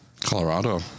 Colorado